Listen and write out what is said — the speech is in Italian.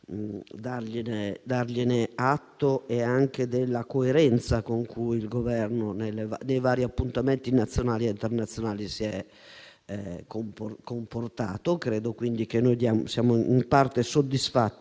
dare atto della coerenza con cui il Governo, nei vari appuntamenti nazionali e internazionali, si è comportato. Siamo quindi in parte soddisfatti